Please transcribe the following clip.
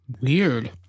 Weird